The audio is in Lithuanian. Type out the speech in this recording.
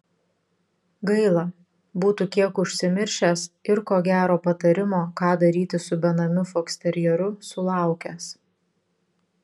gaila būtų kiek užsimiršęs ir ko gero patarimo ką daryti su benamiu foksterjeru sulaukęs